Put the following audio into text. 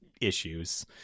issues